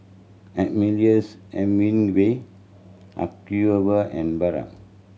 Ernest Hemingway Acuvue and Bragg